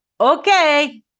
okay